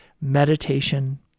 meditation